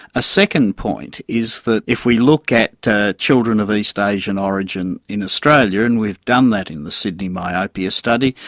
a second point is that if we look at children of east asian origin in australia, and we've done that in the sydney myopia study,